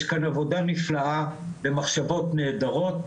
יש כאן עבודה נפלאה ומחשבות נהדרות,